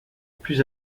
plus